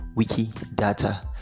Wikidata